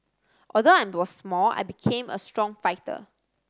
although I was small I became a strong fighter